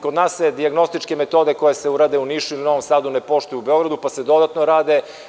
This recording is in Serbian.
Kod nas se dijagnostičke metode koje se urade u Nišu ili Novom Sadu ne poštuju u Beogradu, pa se dodatno rade.